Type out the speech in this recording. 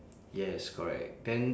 yes correct then